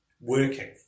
working